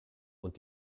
und